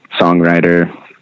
songwriter